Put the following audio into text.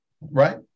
right